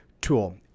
tool